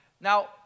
Now